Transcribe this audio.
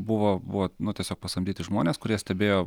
buvo buvo nu tiesiog pasamdyti žmonės kurie stebėjo